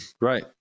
right